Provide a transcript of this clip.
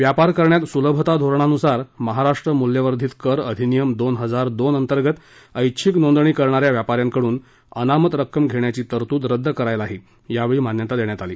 व्यापार करण्यात सुलभता धोरणानुसार महाराष्ट्र मूल्यवर्धित कर अधिनियम दोन हजार दोन अंतर्गत ऐच्छिक नोंदणी करणाऱ्या व्यापाऱ्यांकडून अनामत रक्कम घेण्याची तरतूद रद्द करायलाही यावेळी मान्यता देण्यात आली